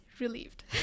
relieved